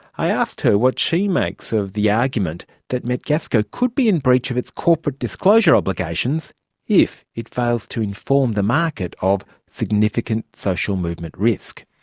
i asked her what she makes of the argument that metgasco could be in breach of its corporate disclosure obligations if it fails to inform the market of significant social movement risk.